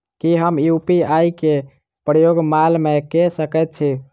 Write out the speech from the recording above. की हम यु.पी.आई केँ प्रयोग माल मै कऽ सकैत छी?